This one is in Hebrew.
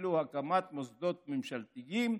ואפילו הקמת מוסדות ממשלתיים,